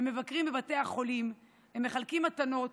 הם מבקרים בבתי החולים, הם מחלקים מתנות